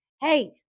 hey